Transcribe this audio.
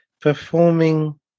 performing